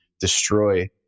destroy